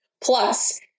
Plus